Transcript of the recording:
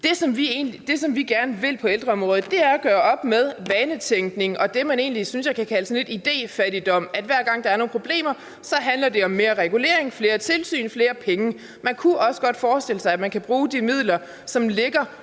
Det, som vi gerne vil på ældreområdet, er at gøre op med vanetænkning og det, jeg synes man kan kalde idéfattigdom, nemlig at hver gang der er nogle problemer, handler det om mere regulering, flere tilsyn og flere penge. Man kunne også godt forestille sig, at de midler, der ligger,